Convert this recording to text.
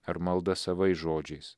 ar malda savais žodžiais